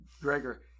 Gregor